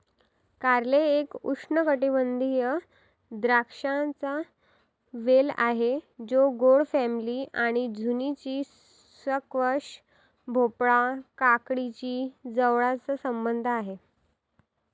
कारले एक उष्णकटिबंधीय द्राक्षांचा वेल आहे जो गोड फॅमिली आणि झुचिनी, स्क्वॅश, भोपळा, काकडीशी जवळचा संबंध आहे